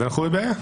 אז אנחנו בבעיה.